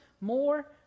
more